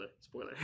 spoiler